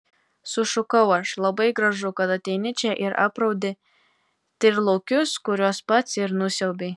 sušukau aš labai gražu kad ateini čia ir apraudi tyrlaukius kuriuos pats ir nusiaubei